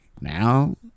Now